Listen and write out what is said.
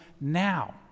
now